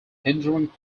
hindering